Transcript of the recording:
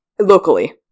Locally